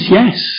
yes